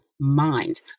mind